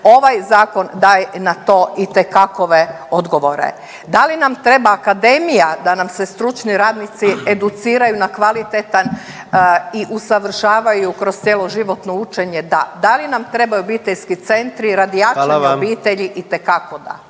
Ovaj zakon daje na to itekakove odgovore. Da li nam treba akademija da nam se stručni radnici educiraju na kvalitetan i usavršavaju kroz cjeloživotno učenje, da. Da li nam trebaju obiteljski centri radi jačanja .../Upadica: Hvala